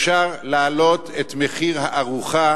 אפשר להעלות את מחיר הארוחה